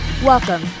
Welcome